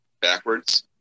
backwards